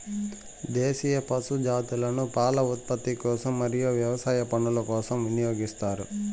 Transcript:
దేశీయ పశు జాతులను పాల ఉత్పత్తి కోసం మరియు వ్యవసాయ పనుల కోసం వినియోగిస్తారు